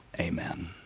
amen